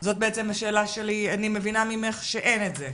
אני מבינה ממך שאין את זה.